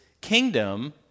kingdom